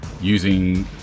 using